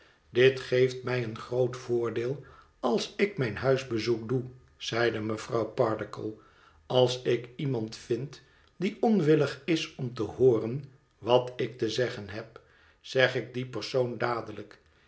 dit geeft mij een groot voordeel als ik mijn huisbezoek doe zeide mevrouw pardiggle als ik iemand vind die onwillig is om te hooren wat ik te zeggen heb zeg ik dien persoon dadelijk